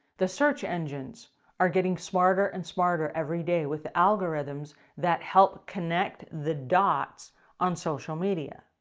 the search engines are getting smarter and smarter every day with algorithms that help connect the dots on social media.